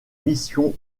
missions